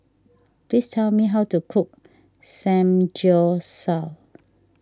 please tell me how to cook Samgyeopsal